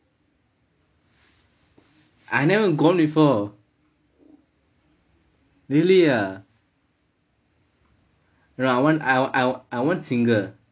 I never gone before really ah I I I want single